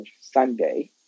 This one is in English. Sunday